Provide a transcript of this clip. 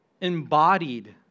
embodied